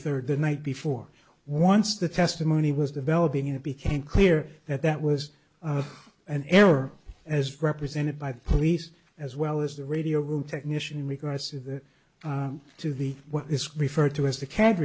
third the night before once the testimony was developing it became clear that that was an error as represented by the police as well as the radio room technician in regards to the to the what is referred to as the ca